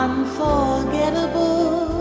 Unforgettable